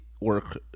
work